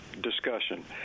discussion